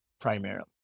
primarily